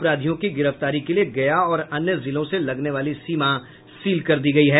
अपराधियों की गिरफ्तारी के लिये गया और अन्य जिलों से लगने वाली सीमा सील कर दी गयी है